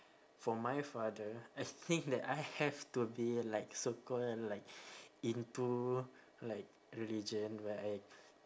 for my father I think that I have to be like so called and like into like religion where I